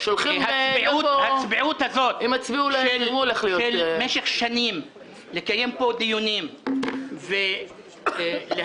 הצביעות הזאת שבמשך שנים לקיים פה דיונים ולהנהיג